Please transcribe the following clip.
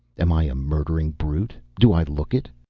am i a murdering brute? do i look it?